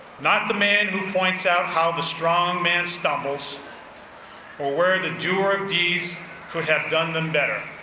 not the man who points out how the strong man stumbles or where the doer of deeds could have done them better.